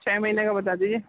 چھ مہینے کا بتا دیجیے